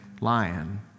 lion